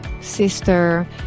sister